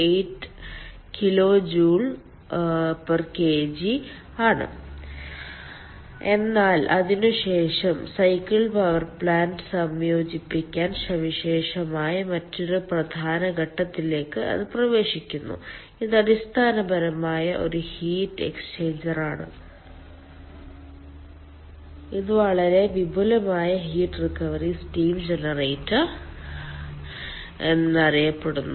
8 kJkg ആണ് എന്നാൽ അതിനുശേഷം സൈക്കിൾ പവർ പ്ലാന്റ് സംയോജിപ്പിക്കാൻ സവിശേഷമായ മറ്റൊരു പ്രധാന ഘടകത്തിലേക്ക് അത് പ്രവേശിക്കുന്നു ഇത് അടിസ്ഥാനപരമായി ഒരു ഹീറ്റ് എക്സ്ചേഞ്ചറാണ് ഇത് വളരെ വിപുലമായി ഹീറ്റ് റിക്കവറി സ്റ്റീം ജനറേറ്റർ എന്നറിയപ്പെടുന്നു